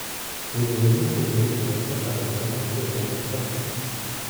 linijiniai laivai uoste aptarnaujami pirmumo tvarka